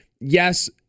yes